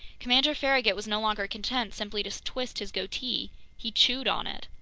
commander farragut was no longer content simply to twist his goatee he chewed on it.